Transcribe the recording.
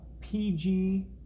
PG